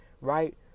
right